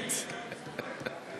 אני